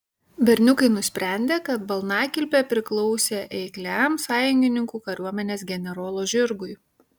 berniukai nusprendė kad balnakilpė priklausė eikliam sąjungininkų kariuomenės generolo žirgui